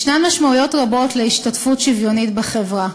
ישנן משמעויות רבות להשתתפות שוויונית בחברה.